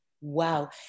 Wow